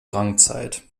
drangzeit